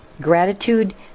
gratitude